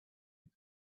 its